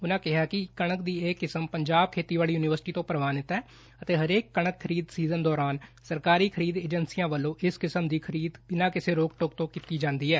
ਉਨ੍ਨਾਂ ਕਿਹਾ ਕਿ ਕਣਕ ਦੀ ਕਿਸਮ ਪੰਜਾਬ ਖੇਤੀਬਾੜੀ ਯੂਨੀਵਰਸਿਟੀ ਤੋ ਪ੍ਰਵਾਨਿਤ ਹੈ ਅਤੇ ਹਰੇਕ ਕਣਕ ਖਰੀਦ ਸੀਜਨ ਦੌਰਾਨ ਸਰਕਾਰੀ ਖਰੀਦ ਏਜੰਸੀਆਂ ਵਲੋਂ ਇਸ ਕਿਸਮ ਦੀ ਖਰੀਦ ਬਿਨਾਂ ਕਿਸੇ ਰੋਕ ਟੋਕ ਤੋਂ ਕੀਤੀ ਜਾਂਦੀ ਸੀ